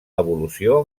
evolució